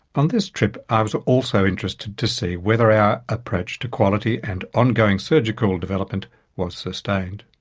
on this trip, i was ah also interested to see whether our approach to quality and ongoing surgical development was sustained.